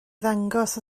ddangos